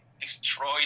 destroyed